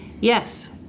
yes